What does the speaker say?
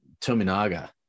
Tominaga